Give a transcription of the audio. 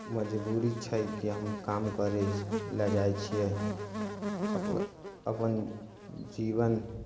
मजबूरी छै कि हम काम करय लए जाइ छियै अपन अपन जीवन